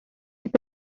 heb